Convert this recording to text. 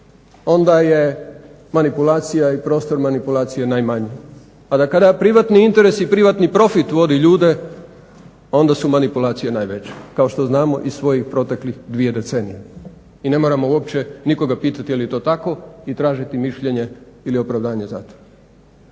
onda je manipulacija i prostor manipulacije najmanji, a kada privatni interesi i privatni profit vodi ljude onda su manipulacije najveće kao što znamo iz svojih proteklih dvije decenije i ne moramo uopće nikoga pitati jeli to tako i tražiti mišljenje ili opravdanje zato.